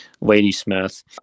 Ladysmith